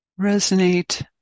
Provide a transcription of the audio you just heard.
resonate